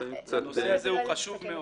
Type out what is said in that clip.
הנושא הזה הוא חשוב מאוד.